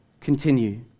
continue